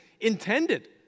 intended